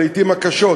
לעתים הקשות,